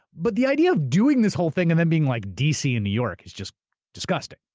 but the idea of doing this whole thing, and then being like, dc and new york is just disgusting.